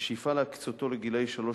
חינוכי בהקשר גילאי.